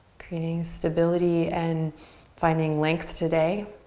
creating stability and finding length today.